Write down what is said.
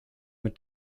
mit